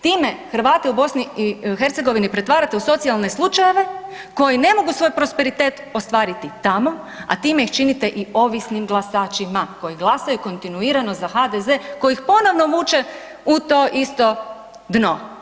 Time Hrvate u BiH pretvarate u socijalne slučajeve koji ne mogu svoj prosperitet ostvariti tamo, a time ih činite i ovisnim glasačima koji glasaju kontinuirano za HDZ koji ih ponovno vuče u to isto dno.